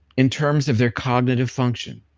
in terms of their cognitive function.